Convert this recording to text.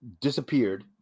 disappeared